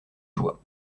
joie